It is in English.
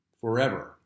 forever